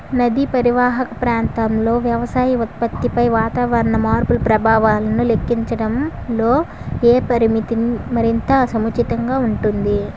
నదీ పరీవాహక ప్రాంతంలో వ్యవసాయ ఉత్పత్తిపై వాతావరణ మార్పుల ప్రభావాలను లెక్కించడంలో ఏ పరామితి మరింత సముచితంగా ఉంటుంది?